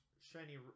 shiny